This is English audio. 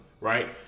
right